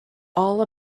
all